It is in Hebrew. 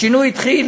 השינוי התחיל